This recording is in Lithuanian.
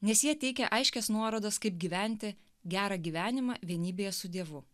nes jie teikia aiškias nuorodas kaip gyventi gerą gyvenimą vienybėje su dievu